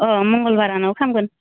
अ मंगलबारावनो थांगोन